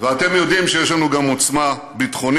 ואתם יודעים שיש לנו גם עוצמה ביטחונית.